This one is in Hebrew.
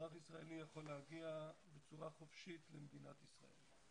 מדינת ישראל סגורה ליהודים שאין